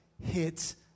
hits